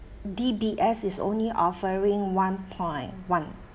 D_B_S is only offering one point one